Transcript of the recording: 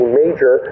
major